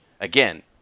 again